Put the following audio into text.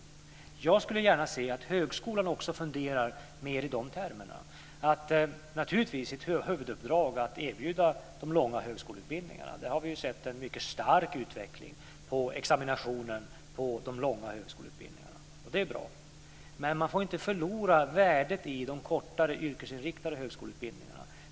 Jag skulle gärna se att högskolan också funderar mer i dessa termer. Det är naturligtvis ett huvuduppdrag att erbjuda de långa högskoleutbildningarna. Vi har ju sett en mycket stark utveckling när det gäller examinationen på de långa högskoleutbildningarna, och det är bra. Men man får inte förlora värdet i de kortare yrkesinriktade högskoleutbildningarna.